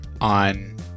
on